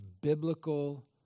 biblical